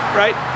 right